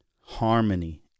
Harmony